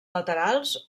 laterals